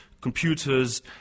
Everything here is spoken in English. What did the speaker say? computers